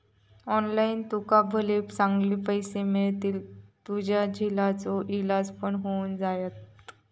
online तुका भले चांगले पैशे मिळतील, तुझ्या झिलाचो इलाज पण होऊन जायत